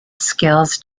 skills